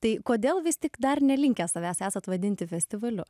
tai kodėl vis tik dar nelinkę savęs esat vadinti festivaliu